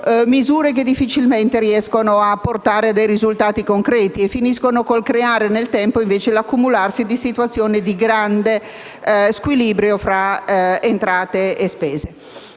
sanitario difficilmente riescano a portare a risultati concreti e finiscano per creare nel tempo l'accumularsi di situazioni di grande squilibrio fra entrate e spese.